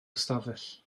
ystafell